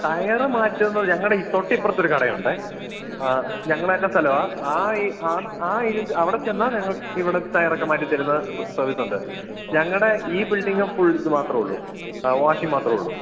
tyre മാറ്റുമോയെന്ന് ഞങ്ങളുടെ തൊട്ടിപ്പുറത്തൊരു കടയുണ്ട് ആ ഞങ്ങളുടെയൊക്കെ സ്ഥലമാണ് അവിടെച്ചെന്നാല് നിങ്ങള്ക്ക് ഇവിടെ ടയറൊക്കെ മാറ്റിത്തരുന്ന സർവ്വീസുണ്ട് ഞങ്ങളുടെ ഈ ബിൽഡിങ്ങ് ഫുൾ ഇത് മാത്രമേയുള്ളൂ ആ വാഷിംഗ് മാത്രമേയുള്ളൂ